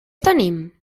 tenim